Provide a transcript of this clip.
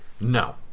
No